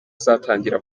izatangira